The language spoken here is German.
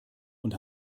und